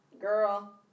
girl